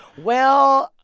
well,